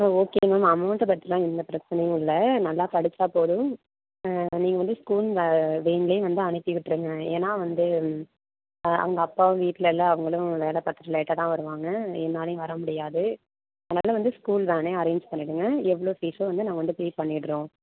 ம் okay ma'am அமௌண்ட்டை பற்றிலாம் எந்த பிரச்சினையும் இல்லை நல்லா படிச்சால் போதும் நீங்கள் வந்து ஸ்கூல் வே வேன்லேயே வந்து அனுப்பிவிட்டுருங்க ஏன்னால் வந்து அவங்க அப்பாவும் வீட்டில் இல்லை அவங்களும் வேலைப்பாத்துட்டு லேட்டா தான் வருவாங்க என்னாலேயும் வரமுடியாது அதனால் வந்து ஸ்கூல் வேனை அரேஞ்ச் பண்ணிடுங்க எவ்வளோ ஃபீஸோ வந்து நாங்கள் வந்து பே பண்ணிடுறோம்